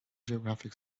geographic